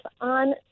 on